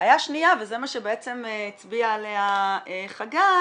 בעיה שנייה, וזה מה שבעצם הצביע עליה חגי,